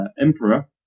Emperor